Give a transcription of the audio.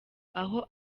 aho